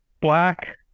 black